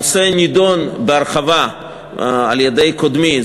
הנושא הזה נדון בהרחבה על-ידי קודמי,